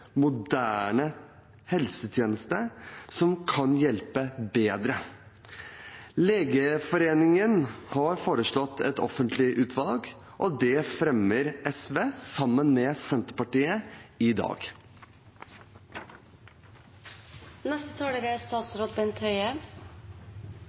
moderne helsetjeneste som kan hjelpe bedre. Legeforeningen har foreslått et offentlig utvalg, og et forslag om det fremmer SV sammen med Senterpartiet i